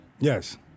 Yes